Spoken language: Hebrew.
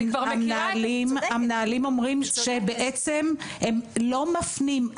המנהלים אומרים שבעצם הם לא מפנים,